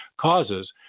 causes